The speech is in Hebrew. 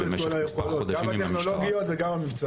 את כל היכולות גם הטכנולוגיות וגם המבצעיות.